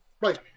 Right